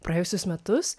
praėjusius metus